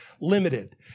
limited